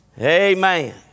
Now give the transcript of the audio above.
Amen